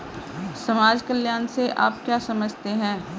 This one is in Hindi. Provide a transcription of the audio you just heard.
समाज कल्याण से आप क्या समझते हैं?